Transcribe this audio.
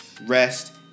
rest